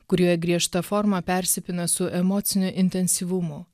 kurioje griežta forma persipina su emociniu intensyvumu